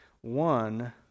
One